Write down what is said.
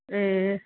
ए